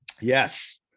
yes